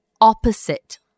opposite